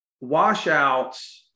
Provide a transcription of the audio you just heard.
washouts